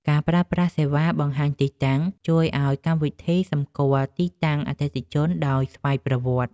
ការប្រើប្រាស់សេវាបង្ហាញទីតាំង ជួយឱ្យកម្មវិធីស្គាល់ទីតាំងអតិថិជនដោយស្វ័យប្រវត្តិ។